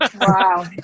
Wow